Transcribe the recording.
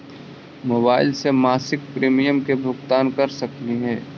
Mobile से मासिक premium के भुगतान कर सकली हे?